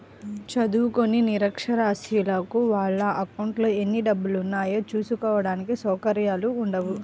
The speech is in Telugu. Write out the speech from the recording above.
చదువుకోని నిరక్షరాస్యులకు వాళ్ళ అకౌంట్లలో ఎన్ని డబ్బులున్నాయో చూసుకోడానికి సౌకర్యాలు ఉండవు